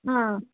ಹಾಂ